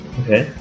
okay